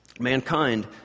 mankind